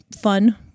fun